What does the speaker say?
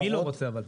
מי לא רוצה אבל?